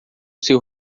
seu